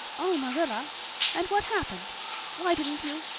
oh, marilla and what happened why didn't you